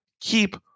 keep